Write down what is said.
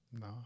No